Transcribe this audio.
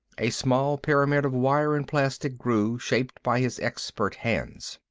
a small pyramid of wire and plastic grew, shaped by his expert hands.